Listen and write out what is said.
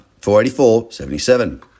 $484.77